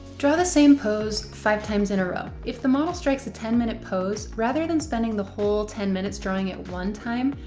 draw the same pose five times in a row. if the model strikes a ten minute pose, rather than spending the whole ten minutes drawing it one time,